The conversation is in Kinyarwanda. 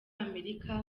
amerika